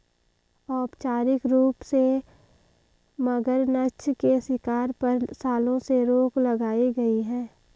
औपचारिक रूप से, मगरनछ के शिकार पर, सालों से रोक लगाई गई है